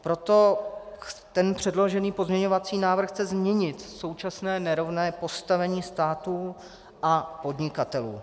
Proto chce předložený pozměňovací návrh změnit současné nerovné postavení státu a podnikatelů.